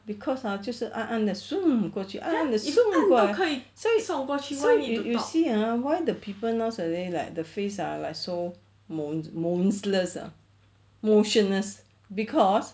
cause ah 就是暗暗的 zoom 过去暗暗的 zoom 过来 so so you you see ah why the people nowadays like the face ah like so moon~ moonsless ah motionless cause